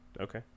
Okay